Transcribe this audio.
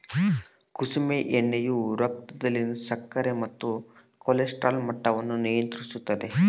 ಕುಸುಮೆ ಎಣ್ಣೆಯು ರಕ್ತದಲ್ಲಿನ ಸಕ್ಕರೆ ಮತ್ತು ಕೊಲೆಸ್ಟ್ರಾಲ್ ಮಟ್ಟವನ್ನು ನಿಯಂತ್ರಿಸುತ್ತದ